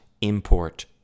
import